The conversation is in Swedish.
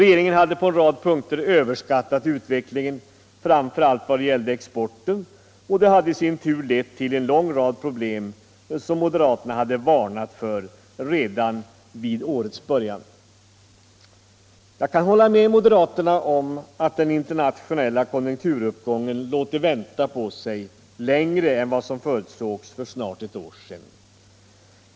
Regeringen hade på en rad punkter överskattat utvecklingen, framför allt när det gällde exporten, och det hade i sin tur lett till en lång rad problem som moderaterna hade varnat för redan vid årets början. Jag kan hålla med moderaterna om att den internationella konjunkturuppgången låtit vänta på sig längre än vad som förutsågs för snart ett år sedan.